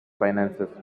finances